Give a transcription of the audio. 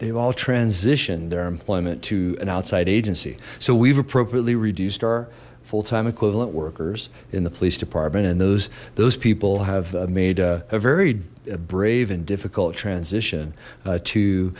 they've all transitioned their employment to an outside agency so we've appropriately reduced our full time equivalent workers in the police department and those those people have made a very brave and difficult transition to